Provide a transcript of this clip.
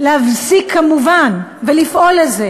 להפסיק כמובן ולפעול לזה.